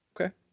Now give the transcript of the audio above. Okay